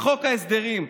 בחוק ההסדרים,